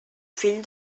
fill